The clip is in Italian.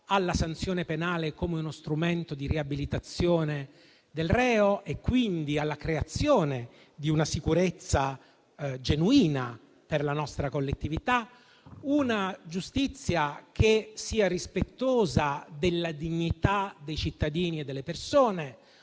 alla sanzione penale come strumento di riabilitazione del reo e quindi alla creazione di una sicurezza genuina per la nostra collettività, una giustizia che sia rispettosa della dignità dei cittadini e delle persone,